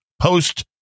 post